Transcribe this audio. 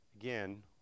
Again